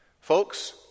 Folks